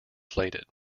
slated